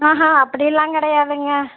ஆஹ அப்படிலாம் கிடையாதுங்க